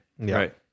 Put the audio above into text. right